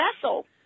vessel